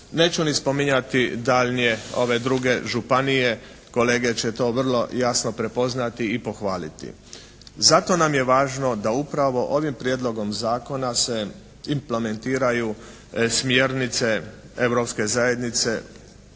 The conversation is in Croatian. Neću ni spominjati daljnje ove druge županije. Kolege će to vrlo jasno prepoznati i pohvaliti. Zato nam je važno da upravo ovim Prijedlogom zakona se implementiraju smjernice Europske zajednice